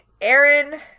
Aaron